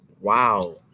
Wow